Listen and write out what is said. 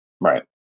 Right